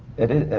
it is.